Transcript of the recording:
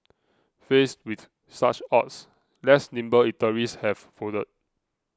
faced with such odds less nimble eateries have folded